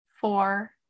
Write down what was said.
four